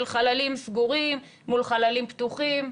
של חללים סגורים מול חללים פתוחים.